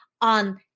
on